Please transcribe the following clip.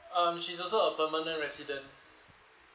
um she's also a permanent resident